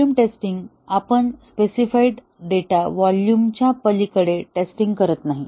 volume testing आपण specified data व्हॉल्यूमच्या पलीकडे टेस्टिंग करत नाही